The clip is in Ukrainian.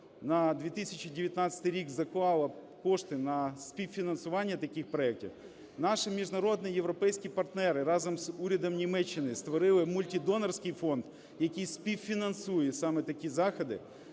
на 2019 рік, заклала кошти на співфінансування таких проектів. Наші міжнародні європейські партнери разом з урядом Німеччини створили мультидонорський фонд, який співфінансує саме такі заходи.